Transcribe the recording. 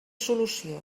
solució